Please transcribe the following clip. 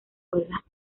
fuerzas